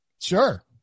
Sure